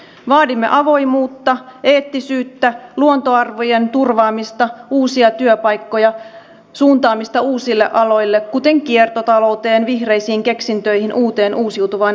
vaadimme avoimuutta eettisyyttä luontoarvojen turvaamista uusia työpaikkoja suuntaamista uusille aloille kuten kiertotalouteen vihreisiin keksintöihin uuteen uusiutuvaan energiaan